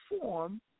form